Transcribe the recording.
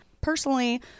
Personally